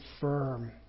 firm